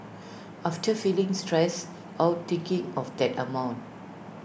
often feeling stressed out thinking of that amount